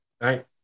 Right